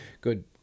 good